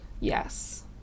Yes